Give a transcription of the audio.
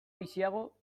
biziago